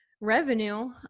revenue